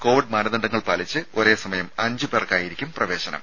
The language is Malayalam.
കോവിഡ് മാനദണ്ഡങ്ങൾ പാലിച്ച് ഒരേ സമയം അഞ്ചുപേർക്കായിരിക്കും പ്രവേശനം